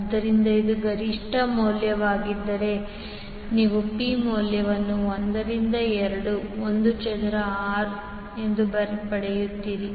ಆದ್ದರಿಂದ ಇದು ಗರಿಷ್ಠ ಮೌಲ್ಯವಾಗಿದ್ದರೆ ನೀವು P ಮೌಲ್ಯವನ್ನು 1 ರಿಂದ 2 I ಚದರ R ಎಂದು ಪಡೆಯುತ್ತೀರಿ